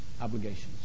obligations